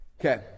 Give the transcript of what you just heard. Okay